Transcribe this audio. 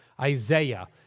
Isaiah